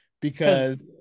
because-